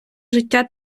життя